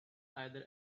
either